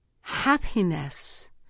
happiness